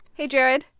hey, jared.